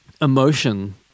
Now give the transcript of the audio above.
emotion